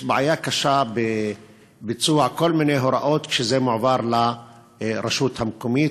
יש בעיה קשה בביצוע כל מיני הוראות כשזה מועבר לרשות המקומית.